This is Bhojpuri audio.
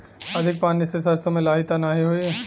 अधिक पानी से सरसो मे लाही त नाही होई?